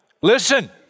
Listen